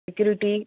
security